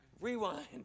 Rewind